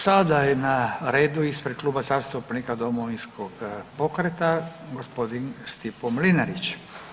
Sada je na redu ispred Kluba zastupnika Domovinskog pokreta, gospodin Stipo Mlinarić.